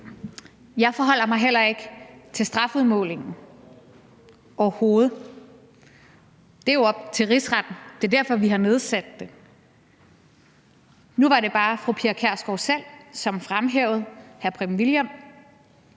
Jeg forholder mig heller ikke til strafudmålingen, overhovedet. Det er jo op til Rigsretten, og det er derfor, vi har nedsat den. Nu var det bare fru Pia Kjærsgaard selv, som fremhævede hr. Preben Wilhjelm